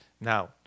now